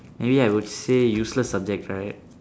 maybe I would say useless subject right